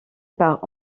par